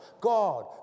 God